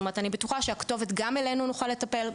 גם אלינו יוכל לפנות,